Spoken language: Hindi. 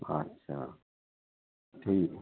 अच्छा ठीक